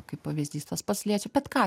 kaip pavyzdys tas pats liečia bet ką